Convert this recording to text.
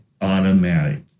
automatic